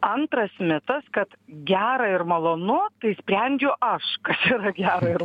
antras mitas kad gera ir malonu tai sprendžiu aš kas yra gera ir